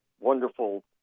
wonderful